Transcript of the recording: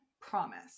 promise